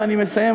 ואני מסיים,